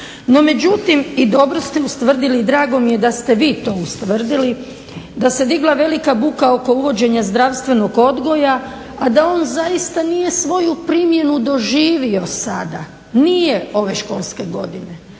no međutim i dobro ste ustvrdili, drago mi je da ste vi to ustvrdili, da se digla velika buka oko uvođenja zdravstvenog odgoja, a da on zaista nije svoju primjenu doživio sada, nije ove školske godine.